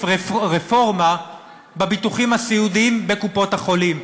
רפורמה בביטוחים הסיעודיים בקופות-החולים,